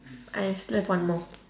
I still have one more